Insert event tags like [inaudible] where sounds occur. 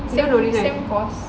[noise]